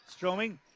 Stroming